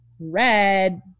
red